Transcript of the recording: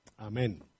amen